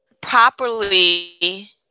properly